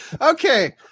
Okay